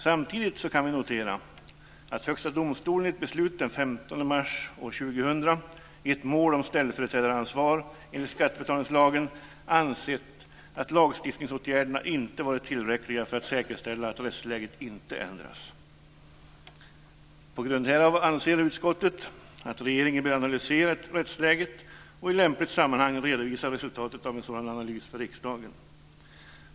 Samtidigt kan vi notera att Högsta domstolen i ett beslut den 15 mars 2000 i ett mål om ställföreträdaransvar enligt skattebetalningslagen ansett att lagstiftningsåtgärderna inte varit tillräckliga för att säkerställa att rättsläget inte ändras. På grund därav anser utskottet att regeringen bör analysera rättsläget och i lämpligt sammanhang redovisa resultatet av en sådan analys för riksdagen.